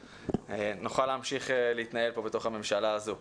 נוכל להמשיך להתנהל פה בתוך הממשלה הזו.